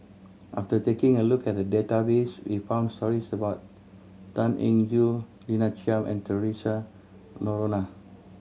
after taking a look at the database we found stories about Tan Eng Joo Lina Chiam and Theresa Noronha